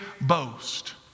boast